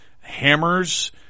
hammers